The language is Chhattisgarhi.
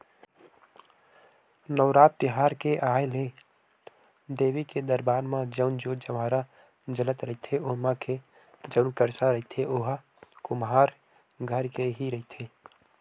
नवरात तिहार के आय ले देवी के दरबार म जउन जोंत जंवारा जलत रहिथे ओमा के जउन करसा रहिथे ओहा कुम्हार घर के ही रहिथे